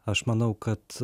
aš manau kad